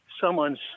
someone's